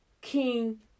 king